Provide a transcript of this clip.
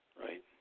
right